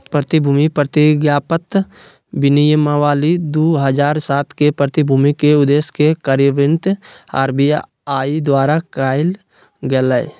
प्रतिभूति प्रतिज्ञापत्र विनियमावली दू हज़ार सात के, प्रतिभूति के उद्देश्य के कार्यान्वित आर.बी.आई द्वारा कायल गेलय